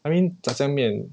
I mean 炸酱面